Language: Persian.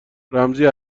رمزی